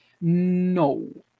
No